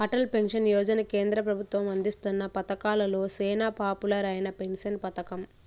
Atal pension Yojana కేంద్ర పెబుత్వం అందిస్తున్న పతకాలలో సేనా పాపులర్ అయిన పెన్సన్ పతకం